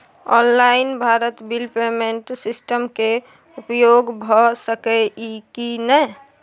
Online Bharat bill payment system के उपयोग भ सके इ की नय?